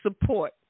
support